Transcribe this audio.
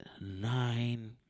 nine